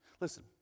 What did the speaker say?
Listen